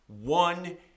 one